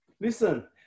Listen